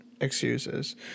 excuses